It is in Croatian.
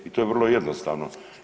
I to je vrlo jednostavno.